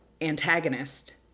antagonist